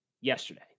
yesterday